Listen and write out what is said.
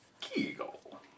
Kegel